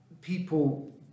people